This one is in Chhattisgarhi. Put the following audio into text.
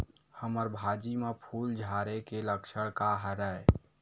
हमर भाजी म फूल झारे के लक्षण का हरय?